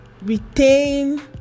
retain